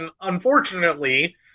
unfortunately